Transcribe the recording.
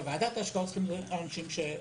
בוועדת ההשקעות צריכים להיות אנשים שמומחים